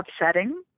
upsetting